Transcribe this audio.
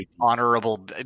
honorable